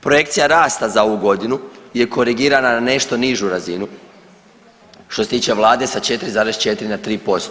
Projekcija rasta za ovu godinu je korigirana na nešto nižu razinu što se tiče Vlade sa 4,4 na 3%